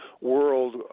world